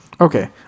Okay